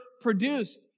produced